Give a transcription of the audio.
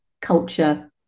culture